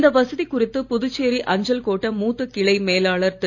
இந்த வசதி குறித்து புதுச்சேரி அஞ்சல் கோட்ட மூத்த கிளை மேலாளர் திரு